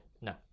No